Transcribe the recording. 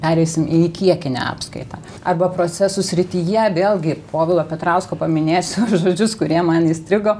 pereisim į kiekinę apskaitą arba procesų srityje vėlgi povilo petrausko paminėsiu žodžius kurie man įstrigo